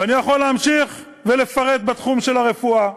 ואני יכול להמשיך ולפרט בתחום של הרפואה,